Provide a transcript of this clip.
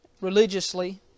religiously